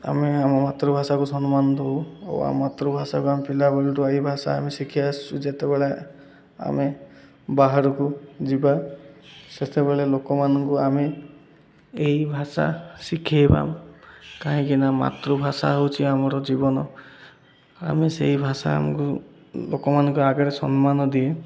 ଆମେ ଆମ ମାତୃଭାଷାକୁ ସମ୍ମାନ ଦଉ ଓ ଆମ ମାତୃଭାଷାକୁ ଆମେ ପିଲାବେଳଠୁ ଏଇ ଭାଷା ଆମେ ଶିଖି ଆସିଛୁ ଯେତେବେଳେ ଆମେ ବାହାରକୁ ଯିବା ସେତେବେଳେ ଲୋକମାନଙ୍କୁ ଆମେ ଏଇ ଭାଷା ଶିଖାଇବା କାହିଁକିନା ମାତୃଭାଷା ହେଉଛି ଆମର ଜୀବନ ଆମେ ସେଇ ଭାଷା ଆମକୁ ଲୋକମାନଙ୍କୁ ଆଗରେ ସମ୍ମାନ ଦିଏ